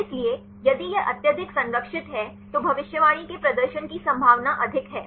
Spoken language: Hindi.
इसलिए यदि यह अत्यधिक संरक्षित है तो भविष्यवाणी के प्रदर्शन की संभावना अधिक है